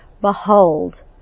Behold